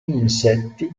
insetti